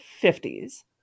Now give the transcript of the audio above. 50s